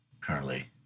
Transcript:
currently